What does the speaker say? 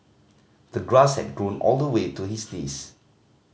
the grass had grown all the way to his knees